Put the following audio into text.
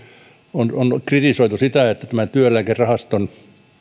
on on kritisoitu sitä että tämä työeläkerahaston